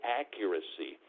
accuracy